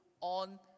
on